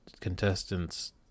contestants